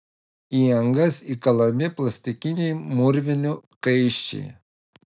į angas įkalami plastikiniai mūrvinių kaiščiai